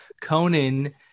conan